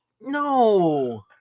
No